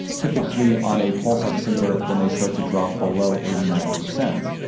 typically on a pulse oximeter, when they start to drop below eighty nine percent.